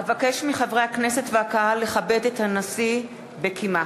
אבקש מחברי הכנסת והקהל לכבד את הנשיא בקימה.